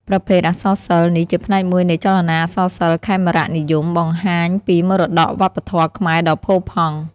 ប្រភេទអក្សរសិល្ប៍នេះជាផ្នែកមួយនៃចលនាអក្សរសិល្ប៍ខេមរនិយម បង្ហាញពីមរតកវប្បធម៌ខ្មែរដ៏ផូរផង់។